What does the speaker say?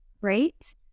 great